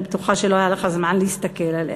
אני בטוחה שלא היה לך זמן להסתכל עליה.